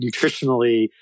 nutritionally